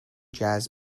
jazz